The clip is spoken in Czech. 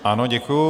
Ano, děkuji.